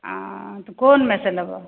हँ तऽ कोनमेसे लेबऽ